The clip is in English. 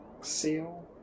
seal